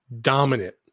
dominant